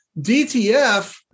DTF